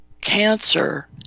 cancer